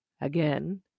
Again